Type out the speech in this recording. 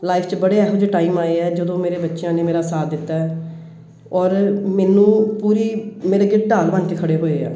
life 'ਚ ਬੜੇ ਇਹੋ ਜਿਹੇ ਟਾਈਮ ਆਏ ਹੈ ਜਦੋਂ ਮੇਰੇ ਬੱਚਿਆਂ ਨੇ ਮੇਰਾ ਸਾਥ ਦਿੱਤਾ ਹੈ ਔਰ ਮੈਨੂੰ ਪੂਰੀ ਮੇਰੇ ਅੱਗੇ ਢਾਲ ਬਣ ਕੇ ਖੜ੍ਹੇ ਹੋਏ ਹੈ